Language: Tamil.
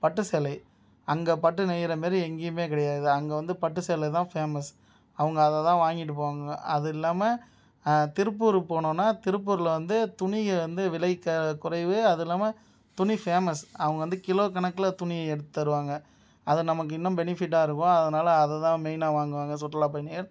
பட்டு சேலை அங்கே பட்டு நெய்யுற மாதிரி எங்கேயுமே கிடையாது அங்கே வந்து பட்டு சேலை தான் ஃபேமஸ் அவங்க அதை தான் வாங்கிட்டு போவாங்க அது இல்லாமல் திருப்பூருக்குப் போனோம்னா திருப்பூரில் வந்து துணிக வந்து விலை க குறைவு அது இல்லாமல் துணி ஃபேமஸ் அவங்க வந்து கிலோ கணக்கில் துணி எடுத்து தருவாங்க அது நமக்கு இன்னும் பெனிஃபிட்டாக இருக்கும் அதனால் அது தான் மெயினாக வாங்குவாங்க சுற்றுலாப் பயணிகள்